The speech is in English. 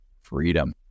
freedom